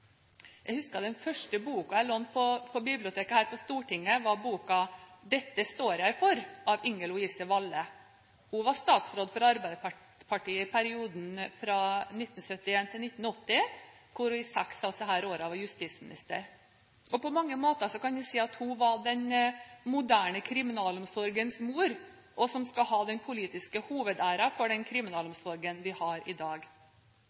Jeg husker at den første boka jeg lånte på biblioteket her på Stortinget, var boka «Dette står jeg for» av Inger Louise Valle. Hun var statsråd for Arbeiderpartiet i perioden 1971–1980 og var i seks av disse årene justisminister. På mange måter kan vi si at hun var den moderne kriminalomsorgens mor og skal ha den politiske hovedæren for den kriminalomsorgen vi har i dag.